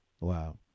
Wow